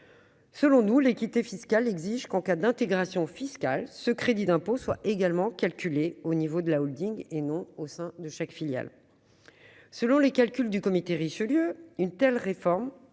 filiale. L'équité fiscale exige qu'en cas d'intégration fiscale le crédit d'impôt soit également calculé au niveau de la holding, et non dans chaque filiale. Selon les calculs du Comité Richelieu, une telle réforme